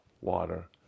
water